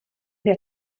der